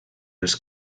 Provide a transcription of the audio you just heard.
els